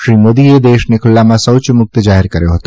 શ્રી મોદીએ દેશને ખુલ્લામાં શૌચ મુક્ત જાહેર કર્યો હતો